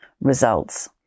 results